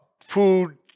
Food